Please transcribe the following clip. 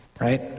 right